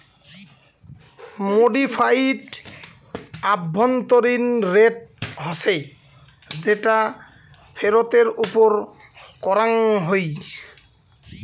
modified আভ্যন্তরীণ rate হসে যেটা ফেরতের ওপর করাঙ হই